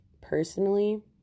personally